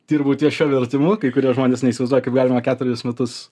dirbu ties šiuo vertimu kai kurie žmonės neįsivaizduoja kaip galima keturis metus